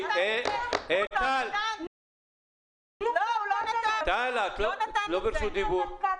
הוא לא נתן את זה.